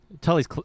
Tully's